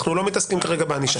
אנחנו לא מתעסקים כרגע בענישה.